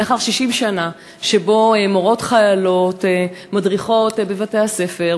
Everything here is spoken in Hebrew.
לאחר 60 שנה שבהן מורות חיילות מדריכות בבתי-הספר,